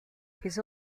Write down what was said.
his